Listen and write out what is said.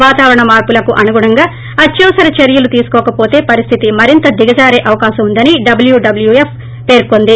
వాతావరణ మార్చులకు అనుగుణంగా అత్యవసర చర్యలు తీసుకోకపోతే పరిస్గితి మరింత దిగజారే అవకాశం ఉందని డబ్లూడబ్యూఎఫ్ పేర్కొంది